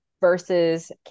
versus